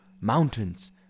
mountains